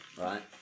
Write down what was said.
Right